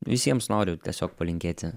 visiems noriu tiesiog palinkėti